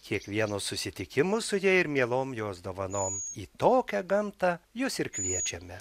kiekvienu susitikimu su ja ir mielom jos dovanom į tokią gamtą jus ir kviečiame